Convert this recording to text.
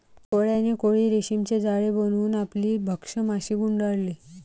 कोळ्याने कोळी रेशीमचे जाळे बनवून आपली भक्ष्य माशी गुंडाळली